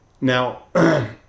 Now